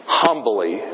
humbly